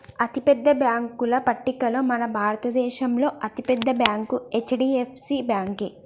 అతిపెద్ద బ్యేంకుల పట్టికలో మన భారతదేశంలో అతి పెద్ద బ్యాంక్ హెచ్.డి.ఎఫ్.సి బ్యేంకు